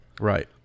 Right